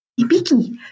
Ibiki